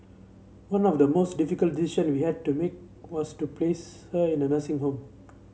one of the most difficult decision we had to make was to place her in a nursing home